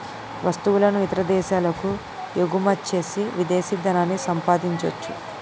వస్తువులను ఇతర దేశాలకు ఎగుమచ్చేసి విదేశీ ధనాన్ని సంపాదించొచ్చు